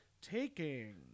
Taking